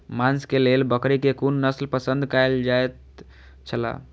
मांस के लेल बकरी के कुन नस्ल पसंद कायल जायत छला?